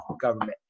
government